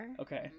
Okay